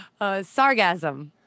sargasm